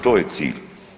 To je cilj.